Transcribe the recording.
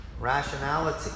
Rationality